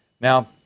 Now